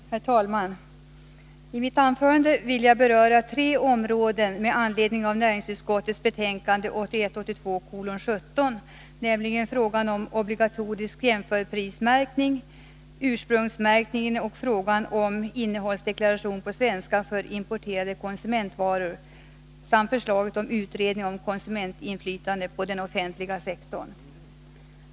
Herr talman! I mitt anförande vill jag beröra tre områden med anledning av näringsutskottets betänkande 1981/82:17, nämligen frågan om obligatorisk jämförprismärkning, ursprungsmärkningen och frågan om innehållsdeklaration på svenska för importerade konsumentvaror samt förslaget om utredning om konsumentinflytande på den offentliga sektorn.